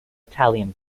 italian